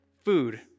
food